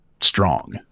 strong